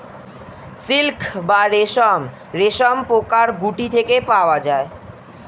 silk বা রেশম রেশমপোকার গুটি থেকে পাওয়া যায়